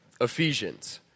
Ephesians